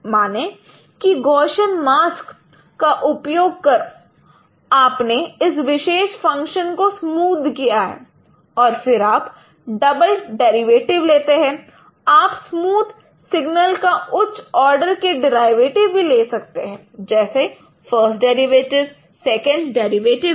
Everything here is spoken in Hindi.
माने की गौशियन मास्क का उपयोग कर आपने इस विशेष फंक्शन को स्मूद किया है और फिर आप डबल डेरिवेटिव लेते हैं आप स्मूद सिग्नल का उच्च आर्डर के डेरिवेटिव भी ले सकते हैं जैसे फ़र्स्ट डेरिवेटिव सेकंड डेरिवेटिव भी